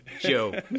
Joe